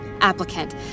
applicant